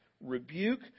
rebuke